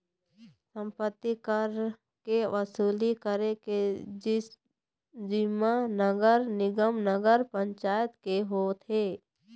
सम्पत्ति कर के वसूली करे के जिम्मा नगर निगम, नगर पंचायत के होथे